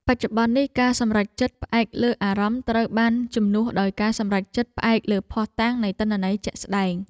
បច្ចុប្បន្ននេះការសម្រេចចិត្តផ្អែកលើអារម្មណ៍ត្រូវបានជំនួសដោយការសម្រេចចិត្តផ្អែកលើភស្តុតាងនៃទិន្នន័យជាក់ស្តែង។